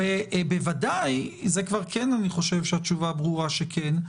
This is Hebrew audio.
אני חושב שהתשובה ברורה שכן,